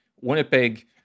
Winnipeg